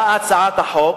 באה הצעת החוק